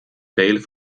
spelen